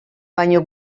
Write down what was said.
baino